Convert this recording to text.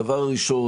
דבר ראשון,